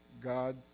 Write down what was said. God